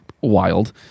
wild